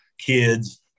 kids